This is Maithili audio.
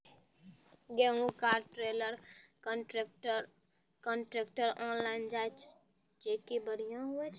गेहूँ का ट्रेलर कांट्रेक्टर ऑनलाइन जाए जैकी बढ़िया हुआ